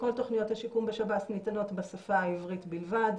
שכל תוכניות השיקום בשב"ס ניתנות בשפה העברית בלבד,